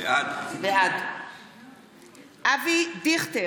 בעד אבי דיכטר,